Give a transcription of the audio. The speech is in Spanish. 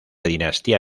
dinastía